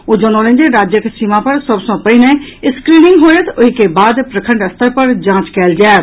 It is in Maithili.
ओ जनौलनि जे राज्यक सीमा पर सभ सँ पहिने स्क्रीनिंग होयत ओहि के बाद प्रखंड स्तर पर जांच कयल जायत